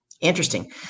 Interesting